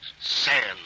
Sand